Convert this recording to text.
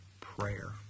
prayer